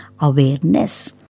awareness